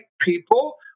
people